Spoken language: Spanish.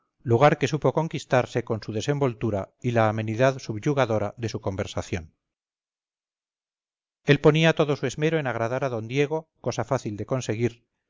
lugar que supo conquistarse con su desenvoltura y la amenidad subyugadora de su conversación él ponía todo su esmero en agradar a d diego cosa fácil de conseguir